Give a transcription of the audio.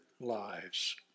lives